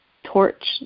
torch